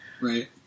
right